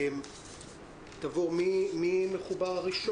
מי מדבר ראשון?